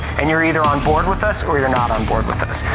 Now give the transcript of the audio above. and you're either on board with us or you're not on board with us.